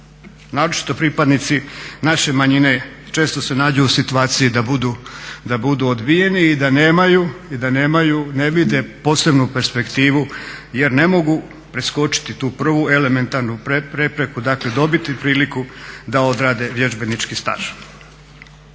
naročito pripadnici naše manjine, često se nađu u situaciji da budu odbijeni i da nemaju, ne vide posebnu perspektivu jer ne mogu preskočiti tu prvu elementarnu prepreku, dakle dobiti priliku da odrade vježbenički staž.